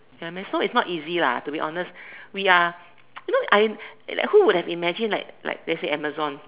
you know what I mean so it's not easy lah to be honest we are you know who would have imagine like let's say Amazon